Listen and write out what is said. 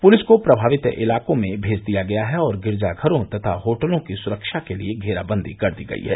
police को प्रमावित इलाकों में भेज दिया गया है और गिरजाघरों तथा होटलों की सुरक्षा के लिए घेराबंदी कर दी गई है